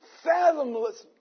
fathomless